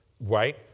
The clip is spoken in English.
right